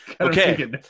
Okay